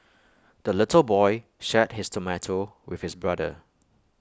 the little boy shared his tomato with his brother